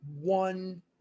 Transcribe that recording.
one